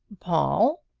paul,